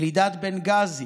ילידת בנגאזי,